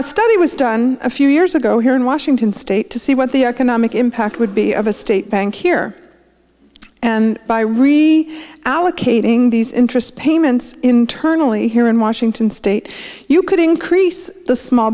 a study was done a few years ago here in washington state to see what the economic impact would be of a state bank here and by re allocating these interest payments internally here in washington state you could increase the small